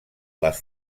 les